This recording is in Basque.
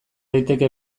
daiteke